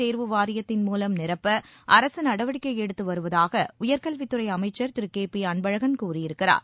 தேர்வு வாரியத்தின் மூலம் நிரப்ப அரசு நடவடிக்கை எடுத்து வருவதாக உயர்கல்வித்துறை அமைச்சர் திரு கே பி அன்பழகன் கூறியிருக்கிறார்